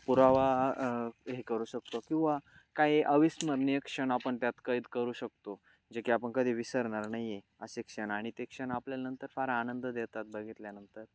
पुरावा हे करू शकतो किंवा काही अविस्मरणीय क्षण आपण त्यात कैद करू शकतो जे की आपण कधी विसरणार नाही आहे असे क्षण आणि ते क्षण आपल्याला नंतर फार आनंद देतात बघितल्यानंतर